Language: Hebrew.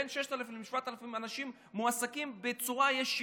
בין 6,000 ל-7,000 אנשים מועסקים בצורה ישירה,